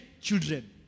children